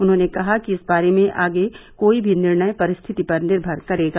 उन्होंने कहा कि इस बारे में आगे कोई भी निर्णय परिस्थिति पर निर्भर करेगा